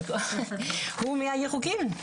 אכן מהירוקים.